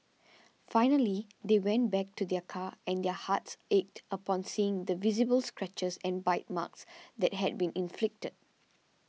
finally they went back to their car and their hearts ached upon seeing the visible scratches and bite marks that had been inflicted